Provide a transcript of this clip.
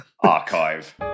archive